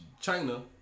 China